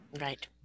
Right